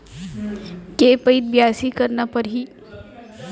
के पइत बियासी करना परहि?